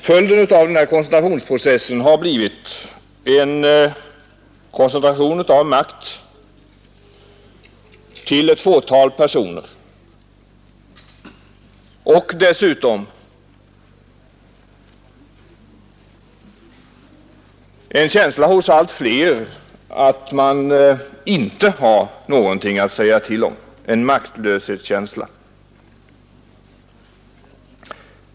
Följden av koncentrationsprocessen har blivit en koncentration av makt till ett fåtal personer och dessutom hos allt fler en känsla av att man inte har någonting att säga till om — en maktlöshetskänsla.